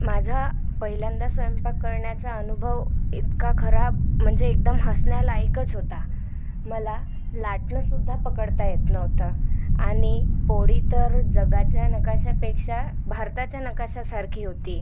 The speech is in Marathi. माझा पहिल्यांदा स्वयंपाक करण्याचा अनुभव इतका खराब म्हणजे एकदम हसण्यालायकच होता मला लाटणंसुद्धा पकडता येत नव्हतं आणि पोळी तर जगाच्या नकाशापेक्षा भारताच्या नकाशासारखी होती